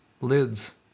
lids